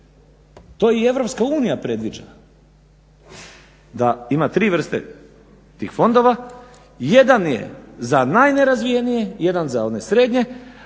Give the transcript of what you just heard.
To i EU predviđa da ima tri vrste tih fondova jedan je za najnerazvijenije, jedan je za one srednje,